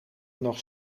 nog